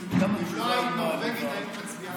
אם לא היית נורבגית, היית מצביעה בעד.